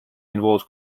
involves